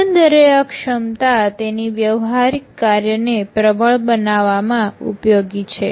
એકંદરે આ ક્ષમતા તેની વ્યવહારિક કાર્યને પ્રબળ બનાવામાં ઉપયોગી છે